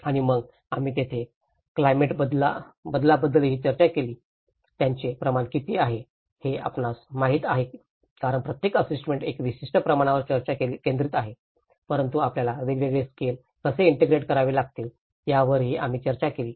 आणि मग आम्ही येथे क्लायमेट बदलाबद्दलही चर्चा केली त्याचे प्रमाण किती आहे हे आपणास माहित आहे कारण प्रत्येक आस्सेसमेंट एका विशिष्ट प्रमाणावर केंद्रित आहे परंतु आपल्याला वेगवेगळे स्केल कसे ईंटेग्रेट करावे लागतील यावरही आम्ही चर्चा केली